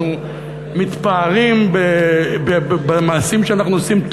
אנחנו מתפארים במעשים שאנחנו עושים,